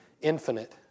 infinite